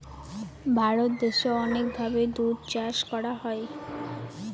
ভারত দেশে অনেক ভাবে দুধ চাষ করা হয়